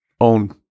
own